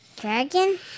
Dragon